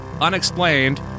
unexplained